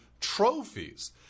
trophies